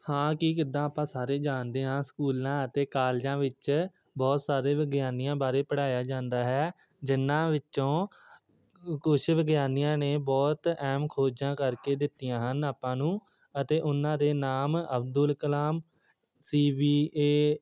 ਹਾਂ ਕਿ ਜਿੱਦਾਂ ਆਪਾਂ ਸਾਰੇ ਜਾਣਦੇ ਹਾਂ ਸਕੂਲਾਂ ਅਤੇ ਕਾਲਜਾਂ ਵਿੱਚ ਬਹੁਤ ਸਾਰੇ ਵਿਗਿਆਨੀਆਂ ਬਾਰੇ ਪੜ੍ਹਾਇਆ ਜਾਂਦਾ ਹੈ ਜਿਨ੍ਹਾਂ ਵਿੱਚੋਂ ਕੁਛ ਵਿਗਿਆਨੀਆਂ ਨੇ ਬਹੁਤ ਅਹਿਮ ਖੋਜਾਂ ਕਰਕੇ ਦਿੱਤੀਆਂ ਹਨ ਆਪਾਂ ਨੂੰ ਅਤੇ ਉਹਨਾਂ ਦੇ ਨਾਮ ਅਬਦੁਲ ਕਲਾਮ ਸੀ ਵੀ ਏ